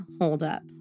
holdup